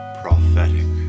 prophetic